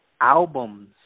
albums